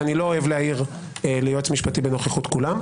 ואני לא אוהב להעיר ליועץ משפטי בנוכחות כולם,